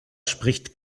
spricht